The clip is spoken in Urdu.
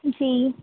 جی